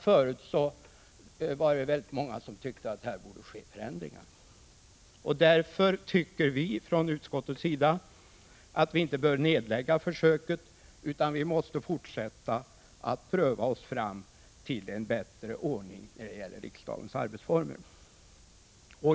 Förut var det många som ansåg att det borde ske förändringar. Därför tycker vi från utskottets sida att man inte bör nedlägga försöket, utan man måste fortsätta att pröva sig fram till en bättre ordning när det gäller riksdagens arbetsformer.